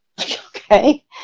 Okay